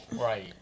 Right